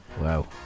Wow